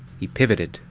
he pivoted,